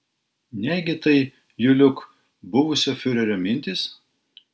negi tai juliuk buvusio fiurerio mintys